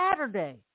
Saturday